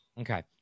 Okay